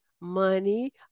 money